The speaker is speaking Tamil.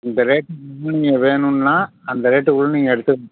இந்த ரேட்டுக்குள்ளே நீங்கள் வேணும்ன்னா அந்த ரேட்டுக்குள்ளே நீங்கள் எடுத்துக்கணும்